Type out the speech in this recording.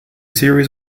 series